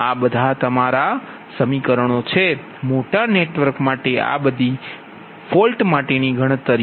તેથી આ બધા તમારા છે મોટા નેટવર્ક માટે આ બધી ખામી ગણતરી